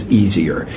easier